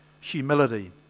Humility